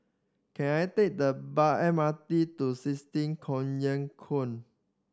can I take the by M R T to sixteen Collyer Quay